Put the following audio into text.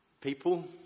people